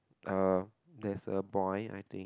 uh that's a boy I think